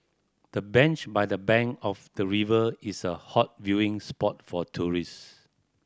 the bench by the bank of the river is a hot viewing spot for tourist